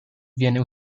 viene